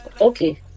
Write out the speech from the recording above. Okay